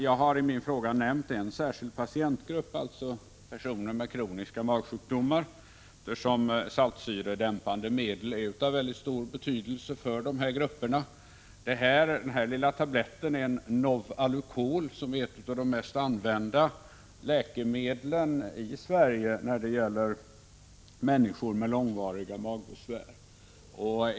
Jag har i min fråga tagit upp en särskild patientgrupp, nämligen personer med kroniska magoch tarmsjukdomar, eftersom saltsyredämpande medel är av väldigt stor betydelse för dessa människor. Den lilla tablett som jag här håller i min hand är en Novalucol, som är ett av de mest använda läkemedlen i Sverige när det gäller människor med långvariga magbesvär.